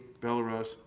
Belarus